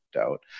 out